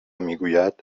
میگوید